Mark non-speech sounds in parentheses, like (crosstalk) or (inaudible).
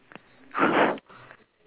(breath)